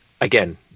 again